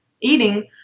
eating